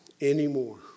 anymore